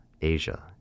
Asia